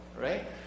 right